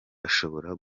bashobora